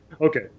Okay